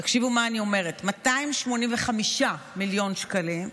תקשיבו מה אני אומרת: 285 מיליון שקלים,